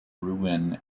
rouen